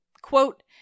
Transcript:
quote